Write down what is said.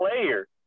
player